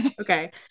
Okay